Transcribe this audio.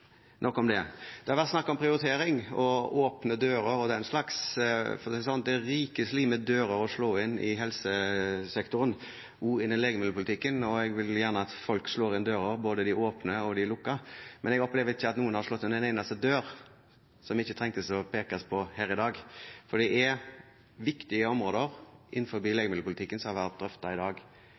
nok om det. Det har vært snakk om prioritering og åpne dører og den slags. For å si det sånn: Det er rikelig med dører å slå inn i helsesektoren, også innen legemiddelpolitikken, og jeg vil gjerne at folk slår inn dører – både de åpne og de lukkede. Men jeg opplever ikke at noen har slått inn en eneste dør som ikke trengte å bli pekt på her i dag. Det er viktige områder innenfor legemiddelpolitikken som har vært drøftet i dag.